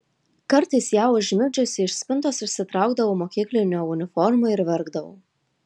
kartais ją užmigdžiusi iš spintos išsitraukdavau mokyklinę uniformą ir verkdavau